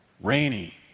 Rainy